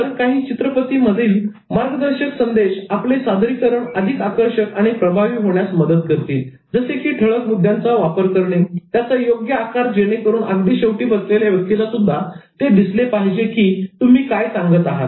तर काही चित्रफिती मधील मार्गदर्शक संदेश आपले सादरीकरण अधिक आकर्षक आणि प्रभावी होण्यास मदत करतील जसे की ठळक मुद्द्यांचा वापर त्याचा योग्य आकार जेणेकरून अगदी शेवटी बसलेल्या व्यक्तीला सुद्धा दिसले पाहिजे की तुम्ही काय काय सांगत आहात